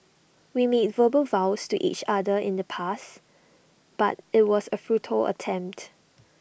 we made verbal vows to each other in the past but IT was A attempt